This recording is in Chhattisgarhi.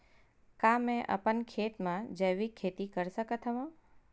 का मैं अपन खेत म जैविक खेती कर सकत हंव?